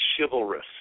chivalrous